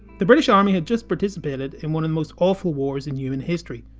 the british army had just participated in one of the most awful wars in human history.